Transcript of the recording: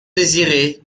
désirée